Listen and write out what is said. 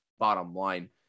BottomLine